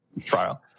trial